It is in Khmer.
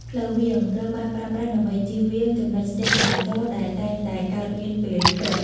ផ្លូវវាង ត្រូវបានប្រើប្រាស់ដើម្បីជៀសវាងចំណុចស្ទះចរាចរណ៍ដែលតែងតែកើតមានពេលព្រឹក។